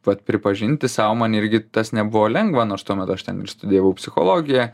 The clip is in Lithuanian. vat pripažinti sau man irgi tas nebuvo lengva nors tuo metu aš ten ir studijavau psichologiją